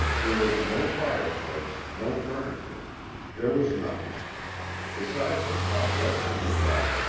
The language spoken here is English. there was no fireplace, no furniture there was nothing besides the cobwebs and the dust,